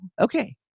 Okay